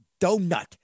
donut